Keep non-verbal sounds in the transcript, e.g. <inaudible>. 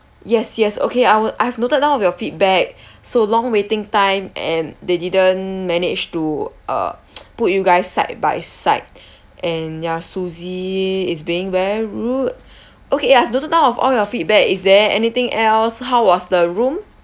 yes yes okay I will I have noted down of your feedback so long waiting time and they didn't manage to uh <noise> put you guys side by side and ya susie is being very rude okay ya I've noted down of all your feedback is there anything else how was the room